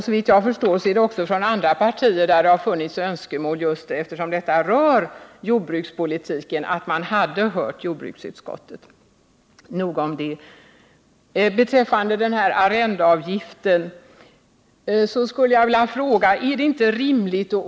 Såvitt jag kan förstå har också företrädare för andra partier haft önskemål om att man skulle höra jordbruksutskottet, eftersom detta berör jordbrukspolitiken. — Nog om det.